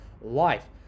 life